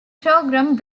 programme